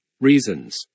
reasons